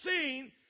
seen